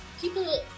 people